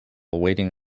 waiting